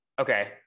Okay